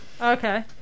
Okay